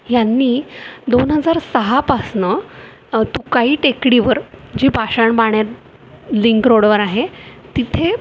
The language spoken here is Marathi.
यांनी दोन हजार सहापासनं तुकाई टेकडीवर जी पाषाण बाणेर लिंक रोडवर आहे तिथे